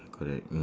ya correct